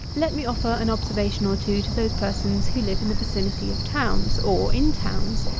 let me offer an observation or two to those persons who live in the vicinity of towns, or in towns,